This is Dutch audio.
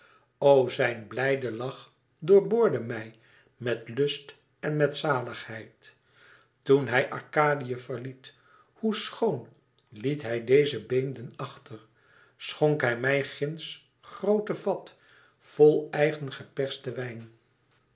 o zijn blijde lach doorboorde mij met lust en met zaligheid toen hij arkadië verliet hoe schoon liet hij deze beemden achter schonk hij mij gindsch groote vat vol eigen gepersten wijn